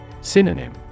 Synonym